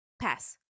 Pass